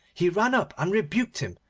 he ran up and rebuked him,